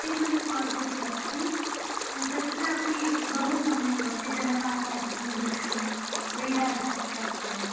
Sirimane falls इति अस्ति तत्रापि बहु सम्यक् भवति जलपातादिकं द्रष्टुं क्रीडादिकं कर्तुं